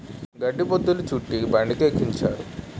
గడ్డి బొద్ధులు చుట్టి బండికెక్కించారు